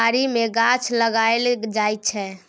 बारी मे गाछ लगाएल जाइ छै